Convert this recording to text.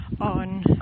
on